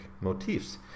motifs